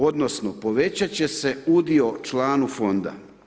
Odnosno povećati će se udio članu fonda.